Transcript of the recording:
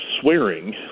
swearing